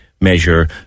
measure